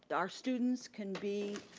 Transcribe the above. our students can be,